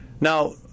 Now